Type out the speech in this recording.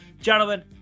Gentlemen